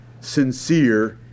sincere